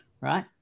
Right